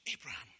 Abraham